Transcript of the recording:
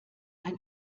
ein